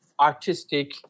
artistic